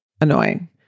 Annoying